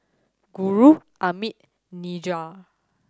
Guru Amit Niraj